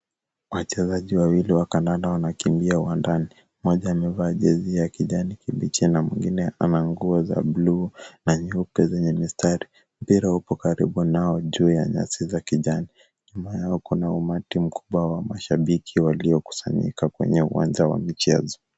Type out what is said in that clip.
Wachezaji wawili wa kandanda wanakimbia uwanjani. Mmoja amevaa jezi ya kijani kibichi na mwingine ana nguo za bluu na nyeupe zenye mistari. Mpira uko karibu nao juu ya nyasi za kijani. Nyuma yao kuna umati mkubwa wa mashabiki waliokusanyika kwenye uwanja wa michezo.